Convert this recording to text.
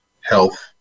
health